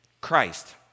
Christ